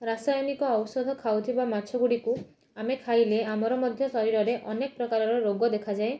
ରାସାୟନିକ ଔଷଧ ଖାଉଥିବା ମାଛ ଗୁଡ଼ିକୁ ଆମେ ଖାଇଲେ ଆମର ମଧ୍ୟ ଶରୀରରେ ଅନେକ ପ୍ରକାରର ରୋଗ ଦେଖାଯାଏ